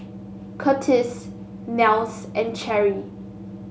Curtis Nels and Cherry